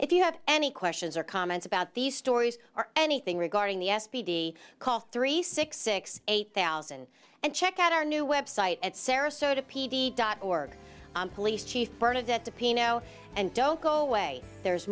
if you have any questions or comments about these stories are anything regarding the s p d call three six six eight thousand and check out our new web site at sarasota p d dot org i'm police chief part of that the peano and don't go away there's